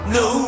no